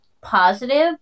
positive